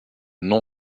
non